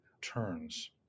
turns